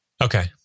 Okay